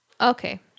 Okay